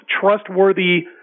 trustworthy